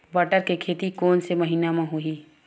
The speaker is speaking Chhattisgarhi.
बटर के खेती कोन से महिना म होही?